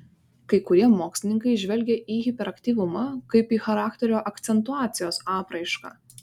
kai kurie mokslininkai žvelgia į hiperaktyvumą kaip į charakterio akcentuacijos apraišką